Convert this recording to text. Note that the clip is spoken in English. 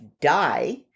die